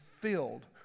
filled